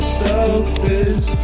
selfish